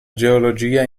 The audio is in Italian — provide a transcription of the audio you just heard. geologia